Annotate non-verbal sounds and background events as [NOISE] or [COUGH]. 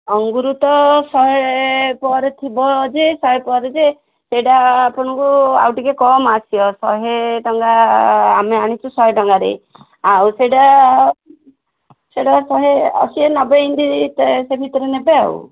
ଅଙ୍ଗୁର ତ ଶହେ ପରେ ଥିବ ଯେ ଶହେ ପରେ ଯେ ସେଇଟା ଆପଣଙ୍କୁ ଆଉ ଟିକେ କମ ଆସିବ ଶହେ ଟଙ୍କା ଆମେ ଆଣିଛୁ ଶହେ ଟଙ୍କାରେ ଆଉ ସେଇଟା ସେଇଟା ଶହେ ଅଶି ନବେ ଏମିତି [UNINTELLIGIBLE] ସେ ଭିତରେ ନେବେ ଆଉ